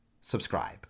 subscribe